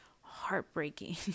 heartbreaking